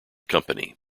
company